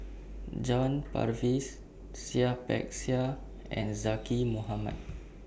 John Purvis Seah Peck Seah and Zaqy Mohamad